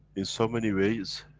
in so many ways,